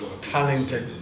talented